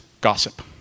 gossip